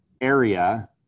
area